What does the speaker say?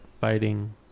fighting